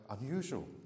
unusual